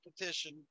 petition